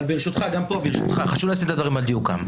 ברשותך, חשוב לשים את הדברים על דיוקם.